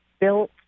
built